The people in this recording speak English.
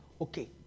Okay